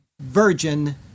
virgin